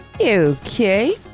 Okay